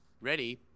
Ready